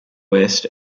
west